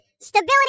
Stability